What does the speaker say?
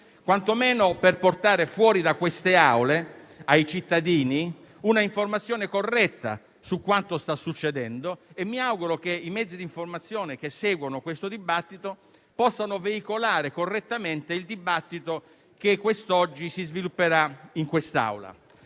quantomeno per portare fuori da queste Aule ai cittadini un'informazione corretta su quanto sta succedendo. Mi auguro che i mezzi di informazione che seguono tale questione possano veicolare correttamente il dibattito che quest'oggi si svilupperà in Aula.